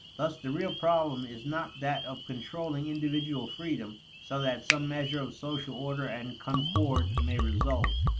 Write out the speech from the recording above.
thus the real problem is not that of controlling individual freedom so that some measure of social order and concord may result,